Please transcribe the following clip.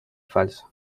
falsa